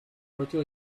voiture